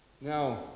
Now